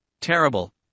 Terrible